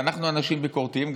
אנחנו אנשים ביקורתיים.